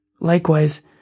Likewise